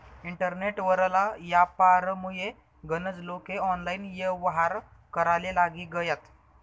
internet वरला यापारमुये गनज लोके ऑनलाईन येव्हार कराले लागी गयात